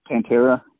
pantera